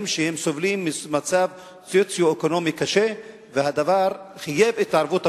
שסובלים ממצב סוציו-אקונומי קשה והדבר חייב התערבות הבג"ץ.